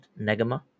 Negama